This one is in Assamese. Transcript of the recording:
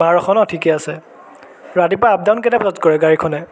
বাৰশ ন ঠিকে আছে ৰাতিপুৱা আপ ডাউন কেইটা বজাত কৰে গাড়ীখনে